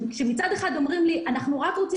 אם מצד אחד אומרים לי "אנחנו רק רוצים